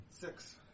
Six